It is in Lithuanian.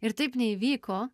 ir taip neįvyko